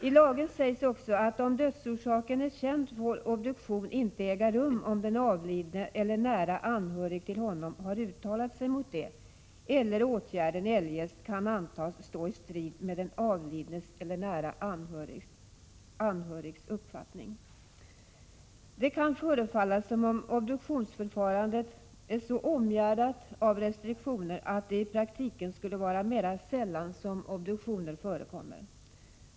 I lagen sägs också att om dödsorsaken är känd får obduktion inte äga rum, om den avlidne eller nära anhörig till honom har uttalat sig mot det eller åtgärden eljest kan antas stå i strid med den avlidnes eller nära anhörigs uppfattning. Det kan förefalla som om obduktionsförfarandet är så omgärdat av restriktioner att det i praktiken skulle vara mera sällan som obduktioner förekommer.